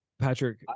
patrick